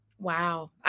Wow